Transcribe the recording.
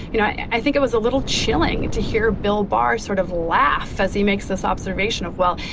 you know, i think it was a little chilling to hear bill barr sort of laugh as he makes this observation of, well,